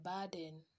burden